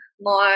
more